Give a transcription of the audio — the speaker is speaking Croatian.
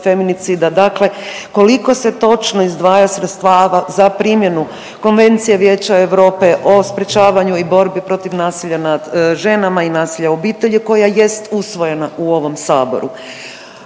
Dakle, koliko se točno izdvaja sredstva za primjenu Konvencije Vijeća Europe o sprječavanju i bori protiv nasilja nad ženama i nasilja u obitelji koja jest usvojena u ovom saboru.